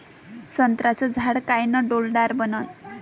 संत्र्याचं झाड कायनं डौलदार बनन?